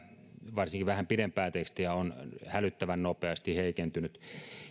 varsinkin vähän pidempää tekstiä on hälyttävän nopeasti heikentynyt